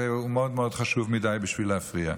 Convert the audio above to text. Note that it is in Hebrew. והוא מאוד מאוד חשוב מדי בשביל להפריע.